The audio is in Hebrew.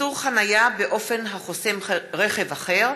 (איסור חניה באופן החוסם רכב אחר),